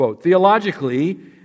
Theologically